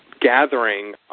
gathering